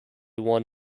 won